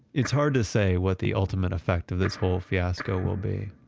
it's hard to say what the ultimate effect of this whole fiasco will be.